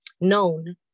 known